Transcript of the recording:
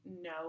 no